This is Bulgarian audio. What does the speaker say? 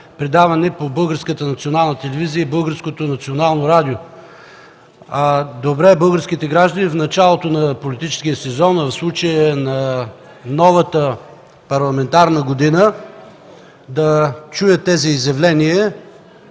национално радио. Добре е българските граждани в началото на политическия сезон, в случая – на новата парламентарна година, да чуят тези изявления,